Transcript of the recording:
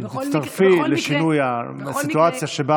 אם תצטרפי לשינוי הסיטואציה שבה